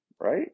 right